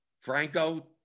Franco